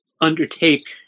undertake